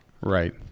Right